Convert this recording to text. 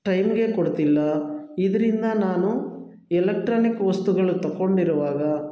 ಟೈಮ್ಗೆ ಕೊಡ್ತಿಲ್ಲ ಇದರಿಂದ ನಾನು ಎಲೆಕ್ಟ್ರಾನಿಕ್ ವಸ್ತುಗಳು ತಗೊಂಡಿರುವಾಗ